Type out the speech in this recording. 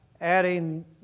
adding